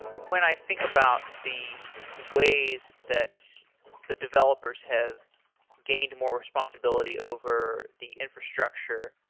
when i think about the ways that the developers have gained more responsibility over the infrastructure,